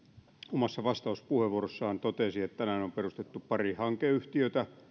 omassa vastauspuheenvuorossaan totesi että tänään on on perustettu pari hankeyhtiötä